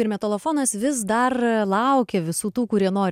ir metalofonas vis dar laukia visų tų kurie nori